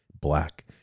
black